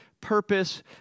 purpose